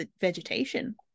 vegetation